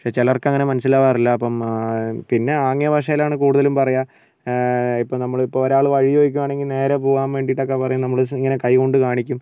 പക്ഷേ ചിലർക്കങ്ങനെ മനസ്സിലാകാറില്ല അപ്പം പിന്നെ ആംഗ്യ ഭാഷേലാണ് കൂടുതലും പറയാ ഇപ്പം നമ്മളിപ്പോൾ ഒരാൾ വഴി ചോദിക്കുവാണെങ്കിൽ നേരെ പോകാൻ വേണ്ടീട്ടൊക്കെ പറയാൻ നമ്മൾ ഇങ്ങനെ കൈ കൊണ്ട് കാണിക്കും